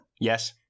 Yes